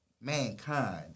mankind